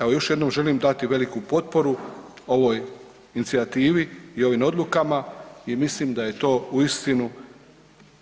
Evo još jednom želim dati veliku potporu ovoj inicijativi i ovim odlukama i mislim da je to uistinu